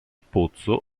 pozzo